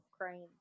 cranes